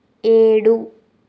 ఏడు